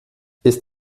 ist